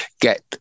get